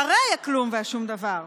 שרי הכלום והשום דבר.